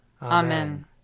Amen